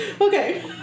Okay